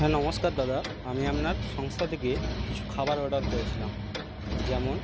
হ্যাঁ নমস্কার দাদা আমি আপনার সংস্থা থেকে কিছু খাবার অর্ডার করেছিলাম যেমন